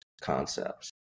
concepts